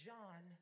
John